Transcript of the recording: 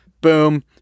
Boom